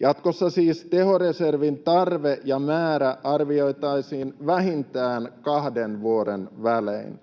Jatkossa siis tehoreservin tarve ja määrä arvioitaisiin vähintään kahden vuoden välein.